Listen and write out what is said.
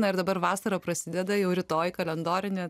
na ir dabar vasara prasideda jau rytoj kalendorinė